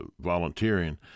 volunteering